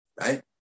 right